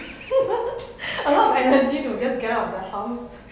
a lot of energy to just get out of the house